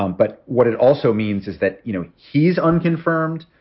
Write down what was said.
um but what it also means is that you know he's unconfirmed.